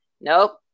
nope